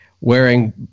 wearing